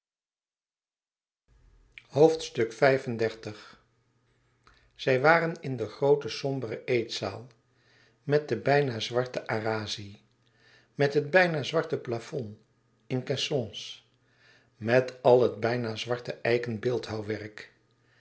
zij waren in de groote sombere eetzaal met de bijna zwarte arazzi met het bijna zwarte plafond in caissons met al het bijna zwarte eiken beeldhouwwerk